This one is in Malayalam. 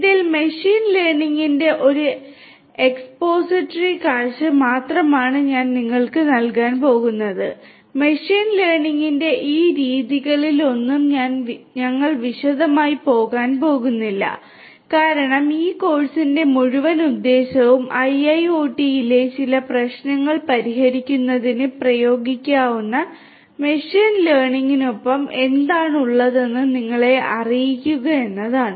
ഇതിൽ മെഷീൻ ലേണിംഗിന്റെ ഒരു എക്സ്പോസിറ്ററി ചില പ്രശ്നങ്ങൾ പരിഹരിക്കുന്നതിന് പ്രയോഗിക്കാവുന്ന മെഷീൻ ലേണിംഗിനൊപ്പം എന്താണ് ഉള്ളതെന്ന് നിങ്ങളെ അറിയിക്കുക എന്നതാണ്